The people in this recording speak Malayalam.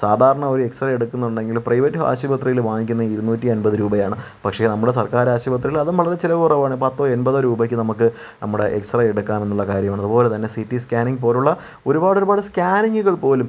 സാധാരണ ഒരു എക്സ്റേ എടുക്കുന്നുണ്ടെങ്കിൽ പ്രൈവറ്റ് ആശുപത്രിയിൽ വാങ്ങിക്കുന്ന ഇരുന്നൂറ്റി അൻപത് രൂപയാണ് പക്ഷെ നമ്മുടെ സർക്കാർ ആശുപത്രികൾ അതും വളരെ ചിലവു കുറവാണ് പത്തോ എൺപതോ രൂപയ്ക്ക് നമുക്ക് നമ്മുടെ എക്സ്റേ എടുക്കാം എന്നുള്ള കാര്യം ആണ് അതുപോലെ തന്നെ സി ടി സ്കാനിംങ്ങ് പോലെയുള്ള ഒരുപാട് ഒരുപാട് സ്കാനിംങ്ങുകൾ പോലും